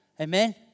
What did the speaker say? Amen